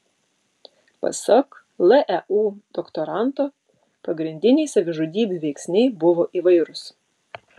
pasak leu doktoranto pagrindiniai savižudybių veiksniai buvo įvairūs